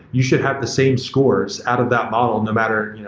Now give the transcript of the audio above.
you should have the same scores out of that model no matter